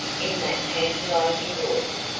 in that tantalizing voice,